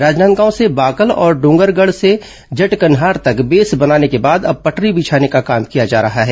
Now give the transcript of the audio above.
राजनादगांव से बाकल और डोंगरगढ़ से जटकन्हार तक बेस बनाने के बाद अब पटरी बिछाने का काम किया जा रहा है